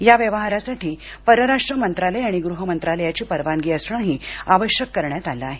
या व्यवहारासाठी परराष्ट्र मंत्रालय आणि गृह मंत्रालयाची परवानगी असणंही आवश्यक करण्यात आलं आहे